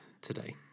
today